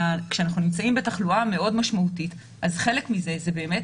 כשאנחנו נמצאים בתחלואה מאוד משמעותית חלק מזה זה באמת